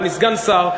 ואני סגן שר,